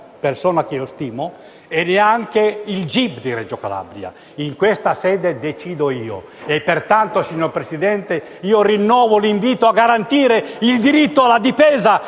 (persona che stimo) e neanche il gip di Reggio Calabria: in questa sede decido io. Pertanto, signor Presidente, rinnovo l'invito a garantire i diritti alla difesa